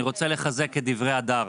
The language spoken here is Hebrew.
אני רוצה לחזק את דברי הדר.